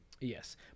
Yes